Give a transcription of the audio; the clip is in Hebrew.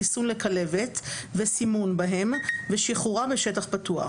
חיסון לכלבת וסימון בהם ושחרורם בשטח פתוח,